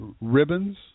ribbons